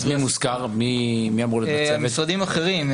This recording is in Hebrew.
אמורים להיות משרדים אחרים,